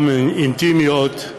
גם אינטימיות,